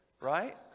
right